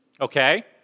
Okay